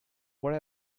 where